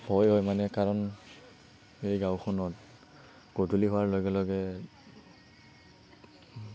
ভয় মানে কাৰণ এই গাওঁখনত গধূলি হোৱাৰ লগে লগে